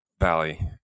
Valley